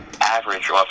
average